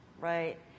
right